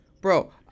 Bro